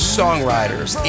songwriters